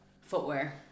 Footwear